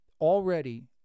Already